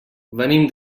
venim